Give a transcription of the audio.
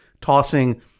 tossing